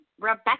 Rebecca